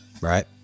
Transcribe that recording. Right